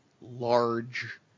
large